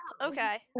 Okay